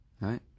right